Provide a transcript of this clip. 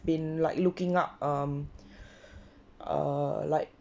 been like looking up um err like